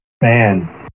man